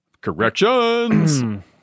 Corrections